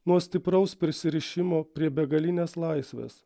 nuo stipraus prisirišimo prie begalinės laisvės